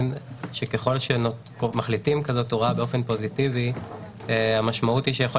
ככל שמחליטים על הוראה כזאת באופן פוזיטיבי המשמעות היא שיכול